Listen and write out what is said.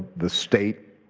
the state,